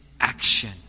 action